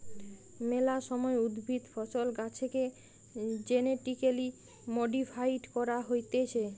মেলা সময় উদ্ভিদ, ফসল, গাছেকে জেনেটিক্যালি মডিফাইড করা হতিছে